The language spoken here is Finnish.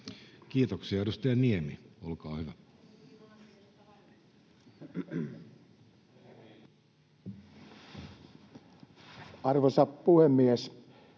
Kiitoksia. — Edustaja Niemi, olkaa hyvä. Arvoisa puhemies!